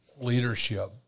leadership